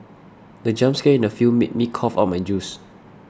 the jump scare in the film made me cough out my juice